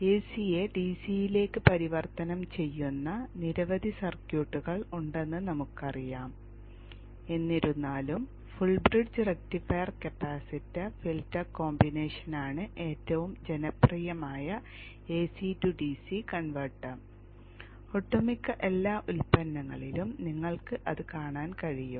എസിയെ ഡിസിയിലേക്ക് പരിവർത്തനം ചെയ്യുന്ന നിരവധി സർക്യൂട്ടുകൾ ഉണ്ടെന്ന് നമുക്കറിയാം എന്നിരുന്നാലും full bridge rectifier capacitor filter കോമ്പിനേഷനാണ് ഏറ്റവും ജനപ്രിയമായ എസി ടു ഡിസി കൺവെർട്ടർ ഒട്ടുമിക്ക എല്ലാ ഉൽപ്പന്നങ്ങളിലും നിങ്ങൾക്ക് അത് കാണാൻ കഴിയും